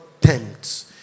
tempt